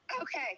okay